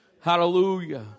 Hallelujah